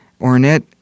Ornette